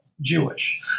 Jewish